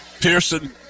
Pearson